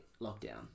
lockdown